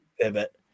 pivot